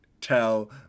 tell